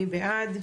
הצבעה בעד,